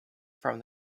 from